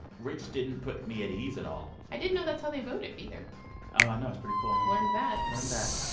rich didn't put me at ease at all i didn't know that's how they voted either oh, i know. it's pretty cool, huh? learned that learned that.